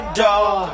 door